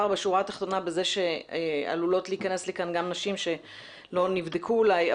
בשורה התחתונה בזה שעלולות להיכנס לכאן גם נשים שלא נבדקו אולי.